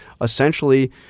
essentially